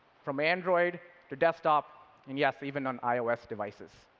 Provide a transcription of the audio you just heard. from android to desktop and yes even on ios devices.